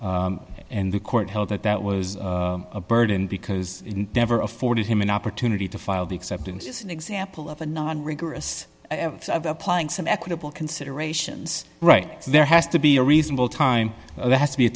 and the court held that that was a burden because in never afforded him an opportunity to file the acceptance is an example of a non rigorous applying some equitable considerations right there has to be a reasonable time there has to be a